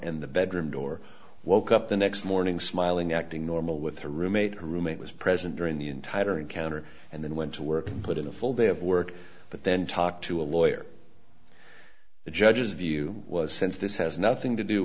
and the bedroom door woke up the next morning smiling acting normal with her roommate her roommate was present during the entire encounter and then went to work put in a full day of work but then talk to a lawyer the judge's view was since this has nothing to do